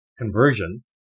conversion